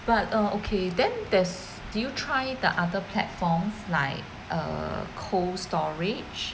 but err okay then there's did you try the other platforms like err Cold Storage